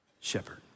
shepherd